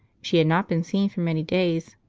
she had not been seen for many days,